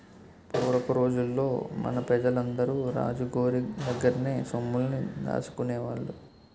పూరపు రోజుల్లో మన పెజలందరూ రాజు గోరి దగ్గర్నే సొమ్ముల్ని దాసుకునేవాళ్ళు